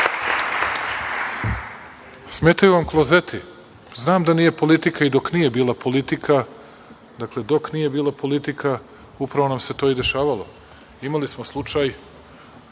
vam klozeti. Znam da nije politika i dok nije bila politika, dakle, dok nije bila politika, upravo nam se to i dešavalo. Imali smo slučaj